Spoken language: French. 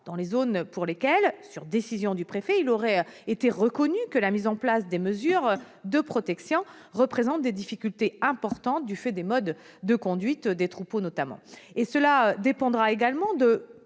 dans les zones pour lesquelles, sur décision du préfet, il aura été reconnu que la mise en place de mesures de protection représente des difficultés importantes, du fait notamment des modes de conduite des troupeaux. La mise en oeuvre des